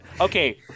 Okay